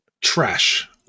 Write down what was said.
Trash